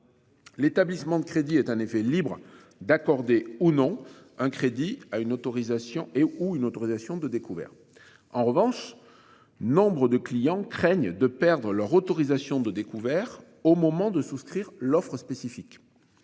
L'établissement de crédit est un effet libre d'accorder ou non un crédit à une autorisation et ou une autorisation de découvert en revanche. Nombre de clients craignent de perdre leur autorisation de découvert au moment de souscrire l'offre spécifique.